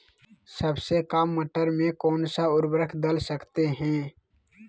सबसे काम मटर में कौन सा ऊर्वरक दल सकते हैं?